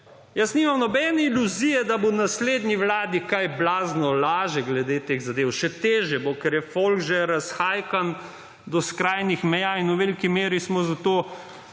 Jaz nimam nobene iluzije, da bo naslednji vladi kaj blazno lažje glede teh zadev. Še težje bo, ker je folk že razhajkan do skrajnih meja in v veliki meri smo za to